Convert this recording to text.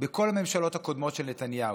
בכל הממשלות הקודמות של נתניהו,